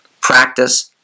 Practice